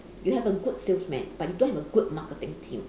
you have a good salesman but you don't have a good marketing team